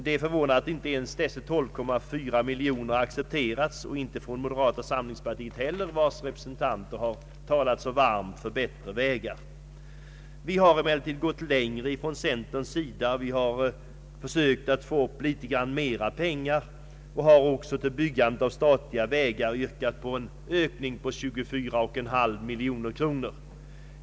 Det är förvånande att inte ens dessa 12,4 miljoner har accepterats, inte heller av moderata samlingspartiet vars representanter talat så varmt för bättre vägar. Från centerns sida har vi emellertid gått ännu längre. Vi har försökt att få fram lite mera pengar och har till byggandet av statliga vägar yrkat på en ökning till 24,5 miljoner kronor.